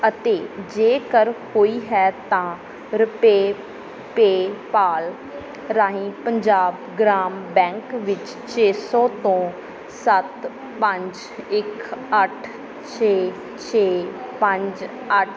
ਅਤੇ ਜੇਕਰ ਹੋਈ ਹੈ ਤਾਂ ਰੁਪਏ ਪੇਪਾਲ ਰਾਹੀਂ ਪੰਜਾਬ ਗ੍ਰਾਮ ਬੈਂਕ ਵਿੱਚ ਛੇ ਸੌ ਤੋਂ ਸੱਤ ਪੰਜ ਇੱਕ ਅੱਠ ਛੇ ਛੇ ਪੰਜ ਅੱਠ